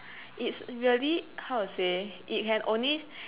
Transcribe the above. it's really how to say it can only